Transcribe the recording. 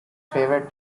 favorite